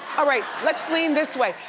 all right, let's lean this way.